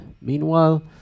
meanwhile